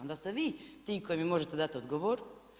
Onda ste vi ti koji mi možete dati odgovor.